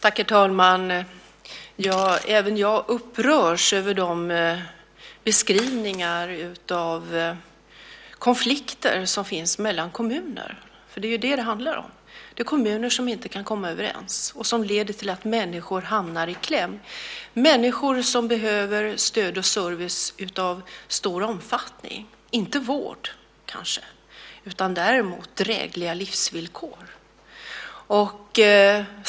Herr talman! Även jag upprörs av de beskrivningar av konflikter som finns mellan kommuner. Det är ju det som det handlar om: Det är kommuner som inte kan komma överens, och det leder till att människor hamnar i kläm, människor som behöver stöd och service i stor omfattning - kanske inte vård, men däremot drägliga livsvillkor.